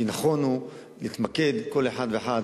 כי נכון להתמקד בכל אחת ואחת,